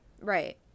right